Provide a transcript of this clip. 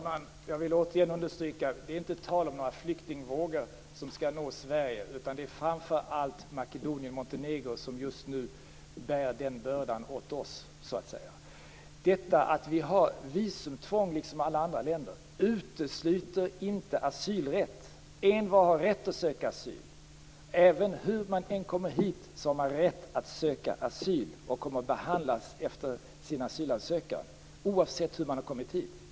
Fru talman! Jag vill åter understryka att det inte är tal om någon flyktvåg som skall nå Sverige, utan det är framför allt Makedonien och Montenegro som just nu så säga bär bördan för oss. Att vi har visumtvång, liksom alla andra länder, utesluter inte asylrätt. Envar har rätt att söka asyl. Hur man än kommer hit har man rätt att söka asyl och få sin ansökan behandlad.